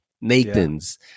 Nathan's